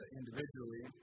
individually